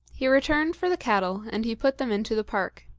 he returned for the cattle, and he put them into the park.